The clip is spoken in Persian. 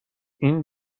این